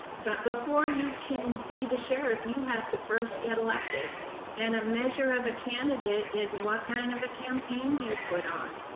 but before you can be the sheriff you have to first get elected and a measure of a candidate is what kind of a campaign do you put on?